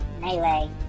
melee